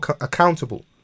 accountable